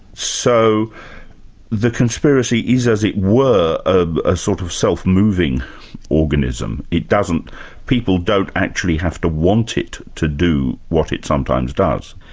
so the conspiracy is, as it were, a ah sort of self-moving organism. it doesn't people don't actually have to want it to do what it sometimes does?